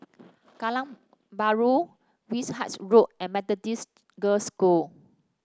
Geylang Bahru Wishart Road and Methodist Girls' School